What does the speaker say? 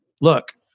look